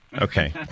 Okay